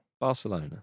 Barcelona